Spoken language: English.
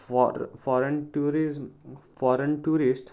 for foreign tourism foreign tourist